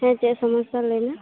ᱦᱮᱸ ᱪᱮᱫ ᱥᱚᱢᱚᱥᱥᱭᱟ ᱞᱟᱹᱭᱢᱮ